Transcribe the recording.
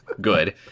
good